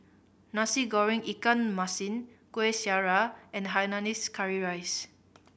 Nasi Goreng ikan masin Kueh Syara and hainanese curry rice